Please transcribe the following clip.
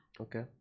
Okay